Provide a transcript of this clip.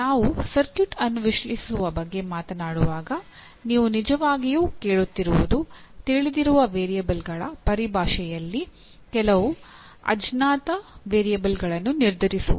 ನಾವು ಸರ್ಕ್ಯೂಟ್ ಅನ್ನು ವಿಶ್ಲೇಷಿಸುವ ಬಗ್ಗೆ ಮಾತನಾಡುವಾಗ ನೀವು ನಿಜವಾಗಿಯೂ ಕೇಳುತ್ತಿರುವುದು ತಿಳಿದಿರುವ ವೇರಿಯಬಲ್ಗಳ ಪರಿಭಾಷೆಯಲ್ಲಿ ಕೆಲವು ಅಜ್ಞಾತ ವೇರಿಯಬಲ್ಗಳನ್ನು ನಿರ್ಧರಿಸುವುದು